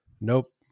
nope